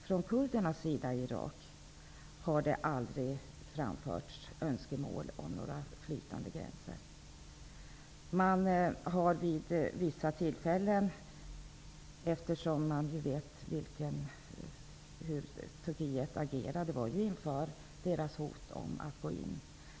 Från kurdisk sida i Irak har det aldrig framförts önskemål om flytande gräns, eftersom man vet hur Turkiet agerade inför deras hot om att gå in.